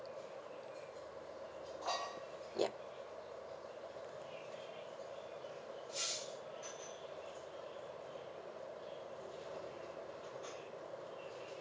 yup